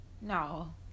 no